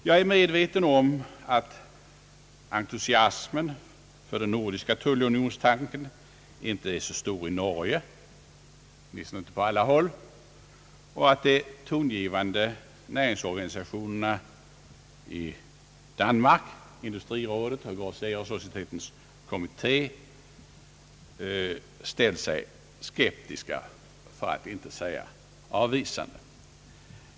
Jag är medveten om att entusiasmen för den nordiska tullunionstanken inte är så stor i Norge, åtminstone inte på alla håll, och att de tongivande näringslivsorganisationerna i Danmark, Industrirådet och Grosserersocietetets kommit té, ställt sig skeptiska för att inte säga avvisande.